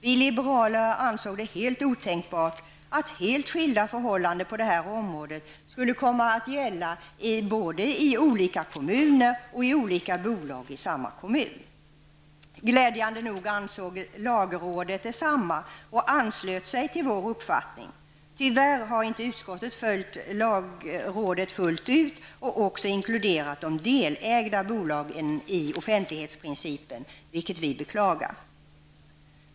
Vi liberaler ansåg det helt otänkbart att helt skilda förhållanden på detta område skulle komma att gälla både i olika kommuner och i olika bolag i samma kommun. Glädjande nog ansåg lagrådet detsamma och anslöt sig till vår uppfattning. Tyvärr har inte utskottet följt lagrådet fullt ut och också låtit de delägda bolagen omfattas av offentlighetsprincipen, vilket vi beklagar.